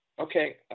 okay